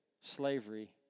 slavery